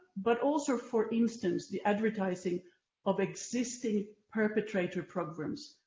but also for instance the advertising of existing perpetrator programmes,